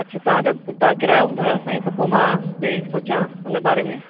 अच्छा तव्हांजो तव्हां किरायो ॿुधायो साईं त पोइ मां भई सोचियां उन बारे में